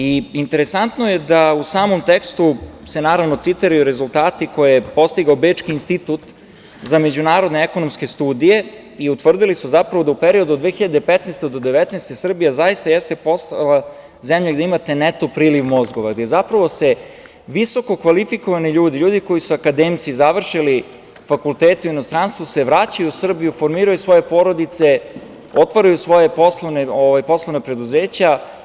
Interesantno je da u samom tekstu se naravno citiraju rezultati koje je postigao Bečki institut za međunarodne ekonomske studije i utvrdili su zapravo da u periodu od 2015. do 2019. godine Srbija zaista jeste poslala zemlja gde imate neto priliv mozgova, gde zapravo visoko kvalifikovani ljudi, ljudi koji su akademci, završili fakultete u inostranstvu se vraćaju u Srbiju, formiraju svoje porodice, otvaraju svoja poslovna preduzeća.